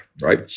right